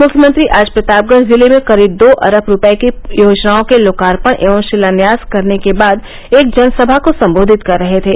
मुख्यमंत्री आज प्रतापगढ़ जिले में करीब दो अरब रूपये की योजनाओं के लोकार्पण एवं शिलान्यास करने के बाद एक जनसभा को सम्बोधित कर रहे थे